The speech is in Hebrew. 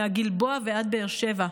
מהגלבוע ועד באר שבע.